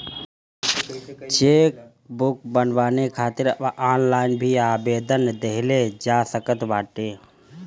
chequebook बनवावे खातिर अब ऑनलाइन भी आवेदन देहल जा सकत बाटे